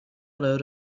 load